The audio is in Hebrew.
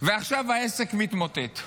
ועכשיו העסק מתמוטט,